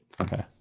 Okay